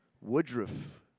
Woodruff